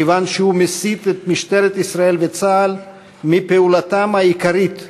כיוון שהוא מסיט את משטרת ישראל וצה"ל מפעולתם העיקרית: